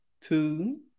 two